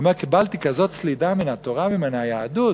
הוא אומר: קיבלתי כזאת סלידה מן התורה ומן היהדות,